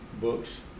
books